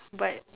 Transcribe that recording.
but